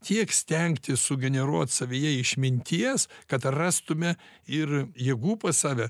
tiek stengtis sugeneruot savyje išminties kad rastume ir jėgų pas save